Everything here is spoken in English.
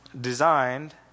designed